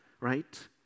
right